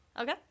Okay